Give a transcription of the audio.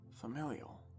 Familial